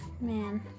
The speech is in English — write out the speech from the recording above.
man